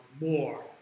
more